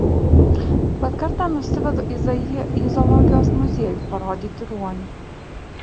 bet kartą nusivedu izaiją į zoologijos muziejų parodyti ruonių